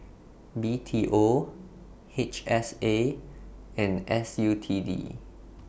B T O H S A and S U T D